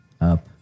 up